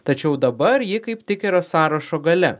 tačiau dabar ji kaip tik yra sąrašo gale